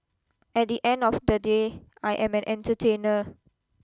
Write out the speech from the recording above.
at the end of the day I am an entertainer